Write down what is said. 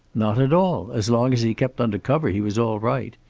not at all. as long as he kept under cover he was all right.